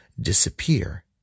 disappear